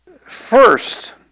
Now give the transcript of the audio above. first